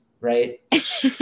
right